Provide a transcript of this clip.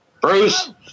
Bruce